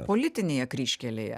politinėje kryžkelėje